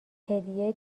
هدیه